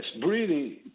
breathing